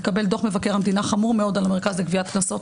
התקבל דוח מבקר מדינה חמור מאוד על המרכז לגביית קנסות,